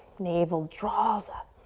navel draws up.